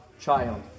child